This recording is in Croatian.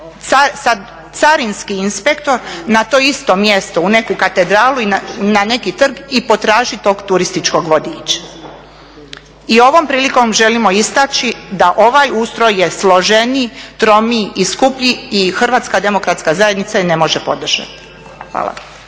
dođe carinski inspektor na to isto mjesto u neku katedralu i na neki trg i potraži tog turističkog vodiča. I ovom prilikom želimo istaći da ovaj ustroj je složeniji, tromiji i skuplji i Hrvatska demokratska zajednica je ne može podržati. Hvala.